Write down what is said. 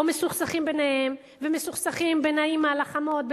או מסוכסכים ביניהם ומסוכסכים בין האמא לחמות,